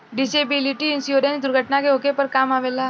disability insurance दुर्घटना के होखे पर काम अवेला